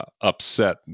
upset